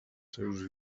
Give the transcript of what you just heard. seus